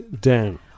down